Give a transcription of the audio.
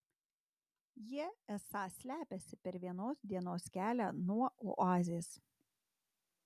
jie esą slepiasi per vienos dienos kelią nuo oazės